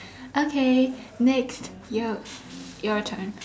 okay next you your turn